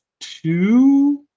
two